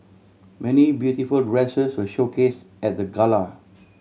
many beautiful dresses were showcase at the gala